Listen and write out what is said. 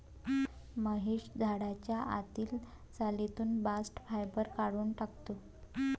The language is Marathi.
महेश झाडाच्या आतील सालीतून बास्ट फायबर काढून टाकतो